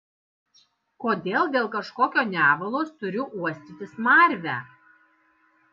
kodėl dėl kažkokio nevalos turiu uostyti smarvę